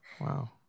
Wow